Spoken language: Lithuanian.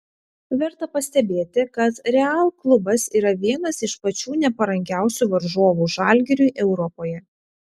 verta pastebėti kad real klubas yra vienas iš pačių neparankiausių varžovų žalgiriui europoje